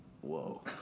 Whoa